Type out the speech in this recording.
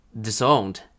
disowned